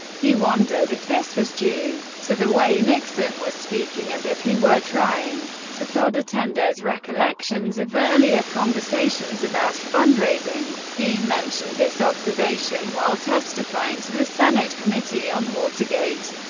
he wondered if this was due to the way nixon was speaking, as if he were trying to prod attendees' recollections of earlier conversations about fundraising. dean mentioned this observation while testifying to the senate committee on watergate,